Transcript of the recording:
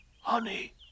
Honey